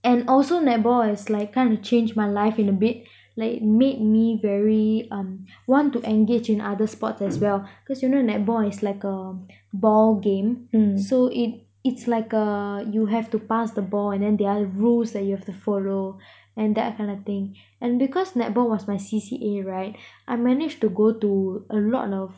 and also netball has like kind of changed my life in a bit late like made me very um want to engage in other sports as well because you know netball like a ball game so it it's like a you have to pass the ball and then there are rules that you have to follow and that kind of thing and because netball was my C_C_A right I managed to go to a lot of